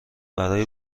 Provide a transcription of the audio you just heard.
برای